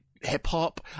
hip-hop